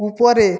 উপরে